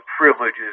privileges